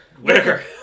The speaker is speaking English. Whitaker